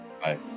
Bye